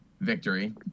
victory